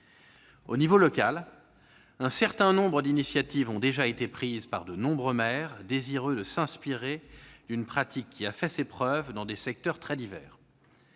Au niveau local, un certain nombre d'initiatives ont déjà été prises par de nombreux maires, désireux de s'inspirer d'une pratique ayant fait ses preuves dans des secteurs très divers.